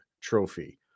Trophy